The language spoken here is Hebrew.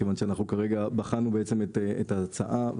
כיוון שאנחנו כרגע בחנו את ההצעה,